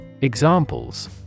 Examples